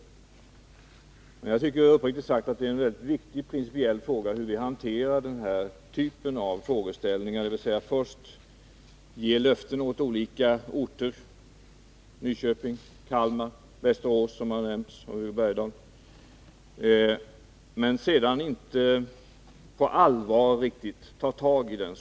Uppriktigt sagt tycker jag att det är en mycket viktig principiell fråga hur vi hanterar den här typen av frågeställningar, dvs. först ge löften till olika orter — Nyköping, Kalmar, Västerås, som nämnts av Hugo Bergdahl — men sedan inte på allvar riktigt tar tag i dem.